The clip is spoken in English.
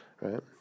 right